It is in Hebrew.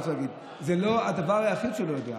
אני רוצה להגיד שזה לא הדבר היחיד שהוא לא יודע.